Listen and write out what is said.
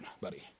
buddy